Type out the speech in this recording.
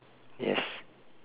yes